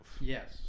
Yes